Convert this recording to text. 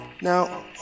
Now